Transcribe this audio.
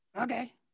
Okay